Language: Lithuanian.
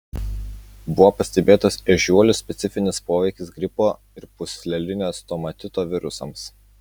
buvo pastebėtas ežiuolių specifinis poveikis gripo ir pūslelinio stomatito virusams